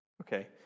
Okay